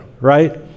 Right